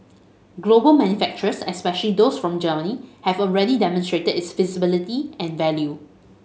global manufacturers especially those from Germany have already demonstrated its feasibility and value